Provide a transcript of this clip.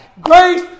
Grace